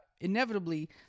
inevitably